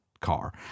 car